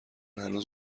هنوز